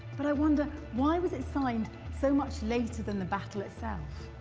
but i wonder, why was it signed so much later than the battle itself?